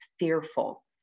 fearful